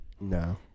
No